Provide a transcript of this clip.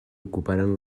ocuparen